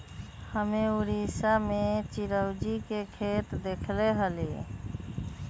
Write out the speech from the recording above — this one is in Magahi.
हम्मे उड़ीसा में चिरौंजी के खेत देखले हली